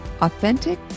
authentic